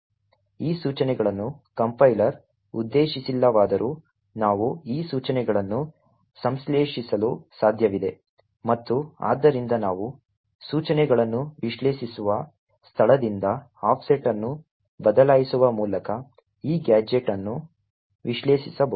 ಈ ಸೂಚನೆಗಳನ್ನು ಕಂಪೈಲರ್ ಉದ್ದೇಶಿಸಿಲ್ಲವಾದರೂ ನಾವು ಈ ಸೂಚನೆಗಳನ್ನು ಸಂಶ್ಲೇಷಿಸಲು ಸಾಧ್ಯವಿದೆ ಮತ್ತು ಆದ್ದರಿಂದ ನಾವು ಸೂಚನೆಗಳನ್ನು ವಿಶ್ಲೇಷಿಸುವ ಸ್ಥಳದಿಂದ ಆಫ್ಸೆಟ್ ಅನ್ನು ಬದಲಾಯಿಸುವ ಮೂಲಕ ಈ ಗ್ಯಾಜೆಟ್ ಅನ್ನು ವಿಶ್ಲೇಷಿಸಬಹುದು